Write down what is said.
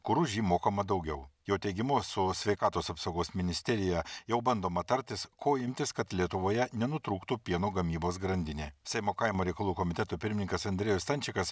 kur už jį mokama daugiau jo teigimu su sveikatos apsaugos ministerija jau bandoma tartis ko imtis kad lietuvoje nenutrūktų pieno gamybos grandinė seimo kaimo reikalų komiteto pirmininkas andriejus stančikas